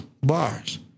bars